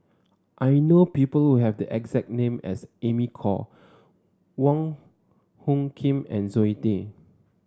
I know people who have the exact name as Amy Khor Wong Hung Khim and Zoe Tay